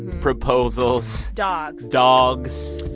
proposals. dogs dogs.